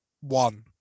one